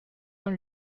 dans